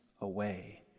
away